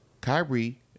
Kyrie